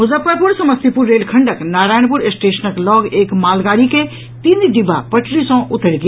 मुजफ्फरपुर समस्तीपुर रेलखंडक नारायपुर स्टेशनक लऽग एक मालगाड़ी के तीन डिब्बा पटरी सँ उतरि गेल